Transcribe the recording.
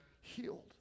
healed